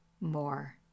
more